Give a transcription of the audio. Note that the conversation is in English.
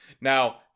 Now